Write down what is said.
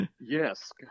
yes